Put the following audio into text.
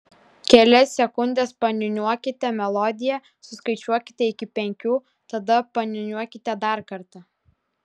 kelias sekundes paniūniuokite melodiją suskaičiuokite iki penkių tada paniūniuokite dar kartą